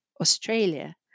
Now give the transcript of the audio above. Australia